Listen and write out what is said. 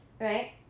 right